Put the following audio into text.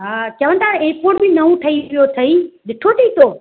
हा चवनि था एअरपोर्ट बि नओं ठही वियो अथई ॾिठो थी तो